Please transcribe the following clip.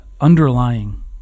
underlying